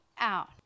out